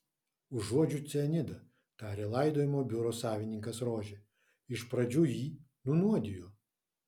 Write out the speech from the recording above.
užuodžiu cianidą tarė laidojimo biuro savininkas rožė iš pradžių jį nunuodijo